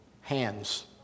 hands